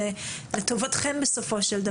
זה לטובתכם בסופו של דבר.